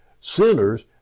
sinners